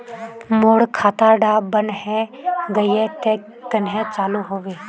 मोर खाता डा बन है गहिये ते कन्हे चालू हैबे?